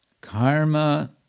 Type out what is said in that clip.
Karma